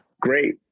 great